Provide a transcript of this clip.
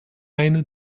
eine